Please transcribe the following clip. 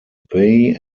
bay